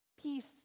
peace